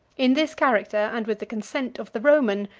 in this character, and with the consent of the roman,